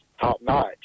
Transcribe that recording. top-notch